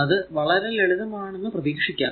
അത് വളരെ ലളിതമാണെന്നു പ്രതീക്ഷിക്കാം